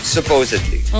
Supposedly